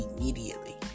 immediately